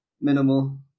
minimal